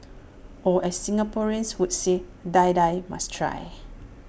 or as Singaporeans would say Die Die must try